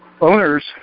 owners